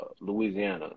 Louisiana